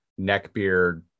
neckbeard